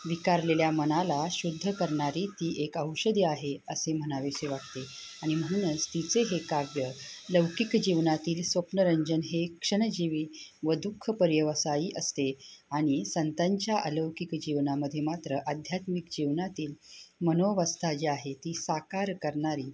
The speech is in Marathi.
विकारलेल्या मनाला शुद्ध करणारी ती एक औषधी आहे असे म्हणावेसे वाटते आणि म्हणूनच तिचे हे काव्य लौकिक जीवनातील स्वप्नरंजन हे क्षणजीवी व दुःख पर्यवसाई असते आणि संतांच्या अलौकिक जीवनामध्ये मात्र अध्यात्मिक जीवनातील मनोवस्था जी आहे ती साकार करणारी